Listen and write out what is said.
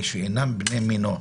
לשאינם בני מינו.